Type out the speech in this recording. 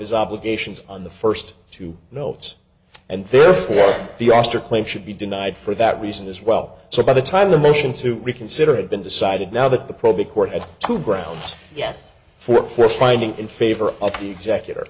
his obligations on the first two notes and therefore the auster claim should be denied for that reason as well so by the time the motion to reconsider had been decided now that the probate court had two grounds yes for four finding in favor of the executor